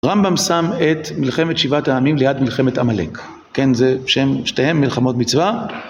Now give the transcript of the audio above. רמב״ם שם את מלחמת שבעת העמים ליד מלחמת עמלק, כן זה שם שתיהם מלחמות מצווה